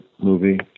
movie